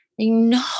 No